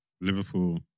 Liverpool